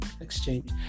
Exchange